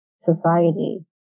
society